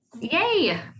yay